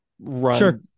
run